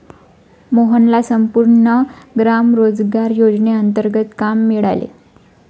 मोहनला संपूर्ण ग्राम रोजगार योजनेंतर्गत काम मिळाले